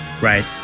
Right